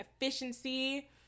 efficiency